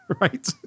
Right